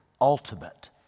ultimate